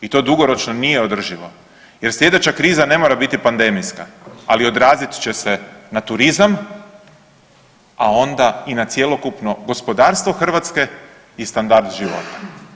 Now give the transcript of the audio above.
I to dugoročno nije održivo jer slijedeća kriza ne mora biti pandemijska ali odrazit će se na turizam, a onda i na cjelokupno gospodarstvo Hrvatske i standard života.